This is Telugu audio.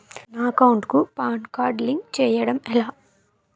నా అకౌంట్ కు పాన్ కార్డ్ లింక్ చేయడం ఎలా?